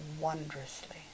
wondrously